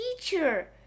teacher